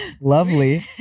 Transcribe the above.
Lovely